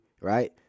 right